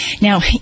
Now